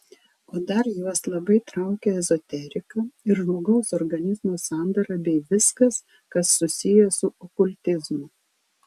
o dar juos labai traukia ezoterika ir žmogaus organizmo sandara bei viskas kas susiję su okultizmu